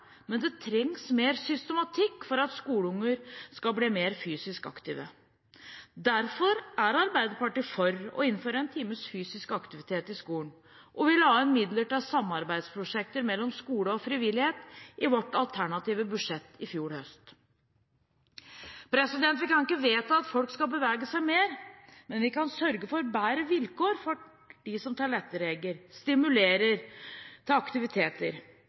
men det trengs mer systematikk for at skoleunger skal bli mer fysisk aktive. Derfor er Arbeiderpartiet for å innføre en times fysisk aktivitet i skolen, og vi la inn midler til samarbeidsprosjekter mellom skole og frivillighet i vårt alternative budsjett i fjor høst. Vi kan ikke vedta at folk skal bevege seg mer, men vi kan sørge for bedre vilkår for dem som tilrettelegger og stimulerer til aktiviteter.